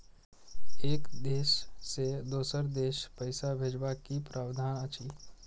एक देश से दोसर देश पैसा भैजबाक कि प्रावधान अछि??